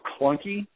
clunky